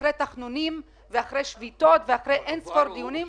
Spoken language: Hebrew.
אחרי תחנונים ואחרי שביתות ואחרי אין-ספור דיונים.